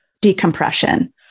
decompression